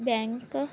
bank